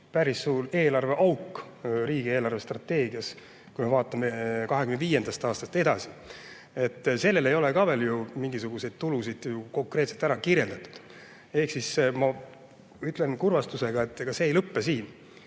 päris suur eelarveauk riigi eelarvestrateegias, kui me vaatame 2025. aastast edasi. Sellel ei ole ka veel ju mingisuguseid tulusid konkreetselt ära kirjeldatud. Ehk ma ütlen kurvastusega, et ega see ei lõpe siin,